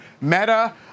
Meta